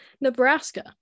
nebraska